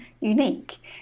unique